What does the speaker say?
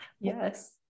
Yes